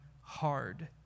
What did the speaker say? hard